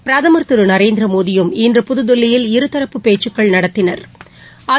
பிரதமா் திரு நரேந்திரமோடியும் இன்று புதுதில்லியில் இருதரப்பு பேச்சுக்கள் நடத்தினா்